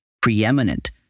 preeminent